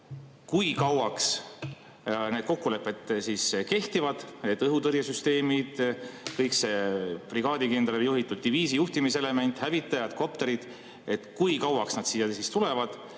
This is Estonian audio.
Kui kauaks need kokkulepped kehtivad? Õhutõrjesüsteemid, kõik see brigaadikindrali juhitud diviisi juhtimiselement, hävitajad, kopterid – kui kauaks need siia tulevad